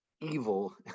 evil